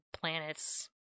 planets